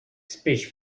speech